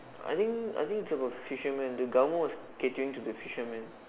I think I think it's about the fishermen the government was catering to fishermen